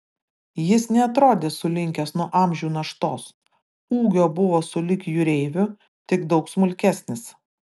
jis neatrodė sulinkęs nuo amžių naštos ūgio buvo sulig jūreiviu tik daug smulkesnis